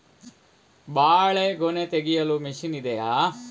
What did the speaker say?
ಬಾಳೆಗೊನೆ ತೆಗೆಯಲು ಮಷೀನ್ ಇದೆಯಾ?